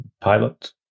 pilot